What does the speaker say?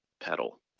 pedal